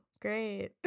great